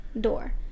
door